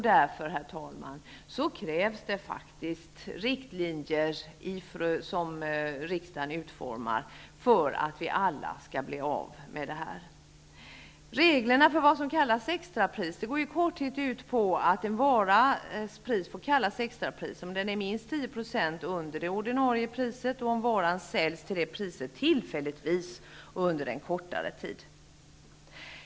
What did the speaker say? Därför, herr talman, krävs det faktiskt riktlinjer som riksdagen utformar för att vi alla skall kunna bli av med det här systemet. Reglerna för vad som får kallas extrapris går i korthet ut på att en varas pris får kallas extrapris om det ligger minst 10 % under det ordinarie priset och om varan säljs till det priset tillfälligtvis och under en kortare tid.